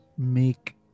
make